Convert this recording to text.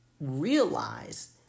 realize